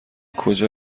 کجا